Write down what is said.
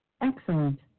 Excellent